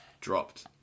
dropped